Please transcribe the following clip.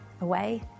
away